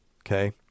okay